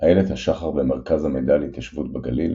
איילת השחר במרכז המידע להתיישבות בגליל